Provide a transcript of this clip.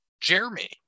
Jeremy